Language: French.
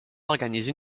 organiser